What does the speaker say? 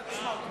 אתה תשמע אותי.